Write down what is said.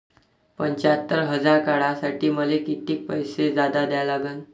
पंच्यात्तर हजार काढासाठी मले कितीक पैसे जादा द्या लागन?